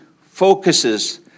focuses